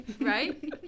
right